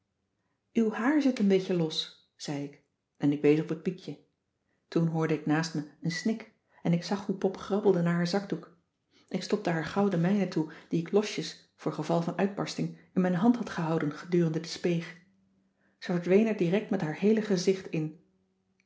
uw haar zit een beetje los zei ik en ik wees op het piekje toen hoorde ik naast me n snik en ik zag hoe pop grabbelde naar haar zakdoek ik stopte haar gauw den mijne toe die ik losjes voor geval van een uitbarsting in mijn hand had gehouden gedurende de speeg ze verdween er direct met haar heele gezicht in